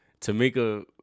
Tamika